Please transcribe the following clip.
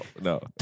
no